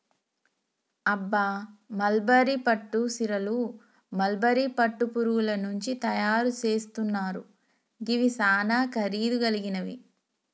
అబ్బ మల్బరీ పట్టు సీరలు మల్బరీ పట్టు పురుగుల నుంచి తయరు సేస్తున్నారు గివి సానా ఖరీదు గలిగినవి